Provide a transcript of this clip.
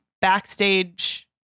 backstage